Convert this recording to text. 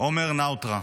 עומר נאוטרה.